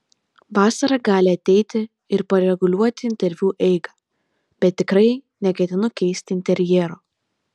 vasara gali ateiti ir pareguliuoti interviu eigą bet tikrai neketinu keisti interjero